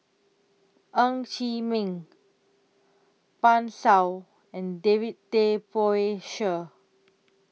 Ng Chee Meng Pan Shou and David Tay Poey Cher